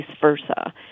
versa